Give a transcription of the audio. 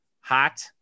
hot